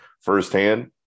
firsthand